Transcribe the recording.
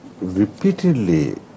repeatedly